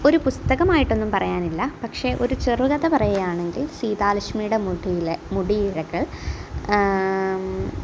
ഒരു പുസ്തകമായിട്ടൊന്നും പറയാനില്ല പക്ഷേ ഒരു ചെറുകഥ പറയുകയാണെങ്കിൽ സീതാലക്ഷ്മിയുടെ മുടിയിലെ മുടിയിഴകൾ